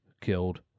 killed